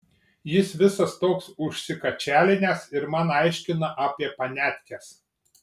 jis visas toks užsikačialinęs ir man aiškina apie paniatkes